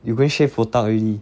you going shave botak already